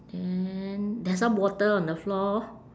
then there's some water on the floor